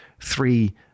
three